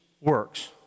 works